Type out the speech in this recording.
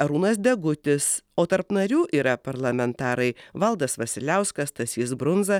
arūnas degutis o tarp narių yra parlamentarai valdas vasiliauskas stasys brunza